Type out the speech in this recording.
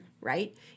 right